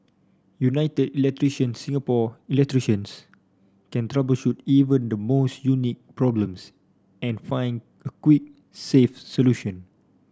United Electrician Singapore electricians can troubleshoot even the most unique problems and find a quick safe solution